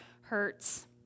hurts